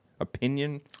Opinion